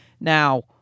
Now